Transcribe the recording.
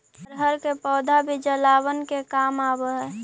अरहर के पौधा भी जलावन के काम आवऽ हइ